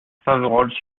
faverolles